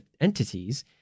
entities